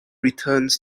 returns